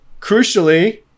crucially